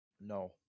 No